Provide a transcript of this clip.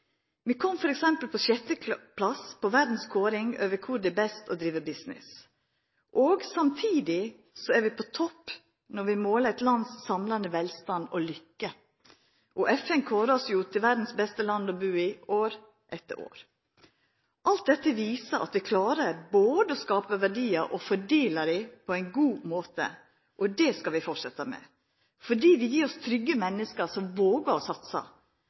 Vi kom t.d. på sjette plass på Verdsbanken si kåring over kor det er best å driva business. Samtidig er vi på topp når vi måler eit lands samla velstand og lykke, og FN kårar oss til verdas beste land å bu i år etter år. Alt dette viser at vi klarer å både skapa verdiar og fordela dei på ein god måte, og det skal vi fortsetja med, fordi det gjev oss trygge menneske som vågar å satsa,